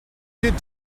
did